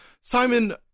Simon